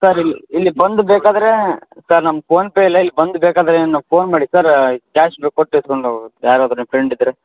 sir ಇಲ್ಲಿ ಇಲ್ಲಿ ಬಂದು ಬೇಕಾದರೆ ಸರ್ ನಮ್ಮ ಫೋನ್ಪೇ ಇಲ್ಲ ಇಲ್ಲಿ ಬಂದು ಬೇಕಾದರೆ ಫೋನ್ ಮಾಡಿ ಸರ್ ಕ್ಯಾಶ್ ಕೊಟ್ಟು ಇಸ್ಕೊಂಡು ಹೋಗ್ಬೇಕು ಯಾರಾದರು ನಿಮ್ಮ ಫ್ರೆಂಡ್ ಇದ್ದರೆ